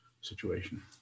situation